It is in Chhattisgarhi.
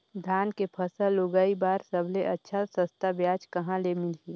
धान के फसल उगाई बार सबले अच्छा सस्ता ब्याज कहा ले मिलही?